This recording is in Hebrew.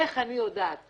איך אני יודעת,